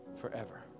forever